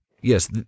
Yes